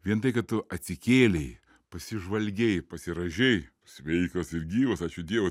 vien tai kad tu atsikėlei pasižvalgei pasirąžei sveikas ir gyvas ačiū dievui